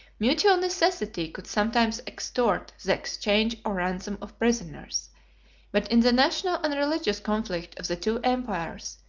mutual necessity could sometimes extort the exchange or ransom of prisoners but in the national and religious conflict of the two empires,